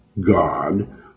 God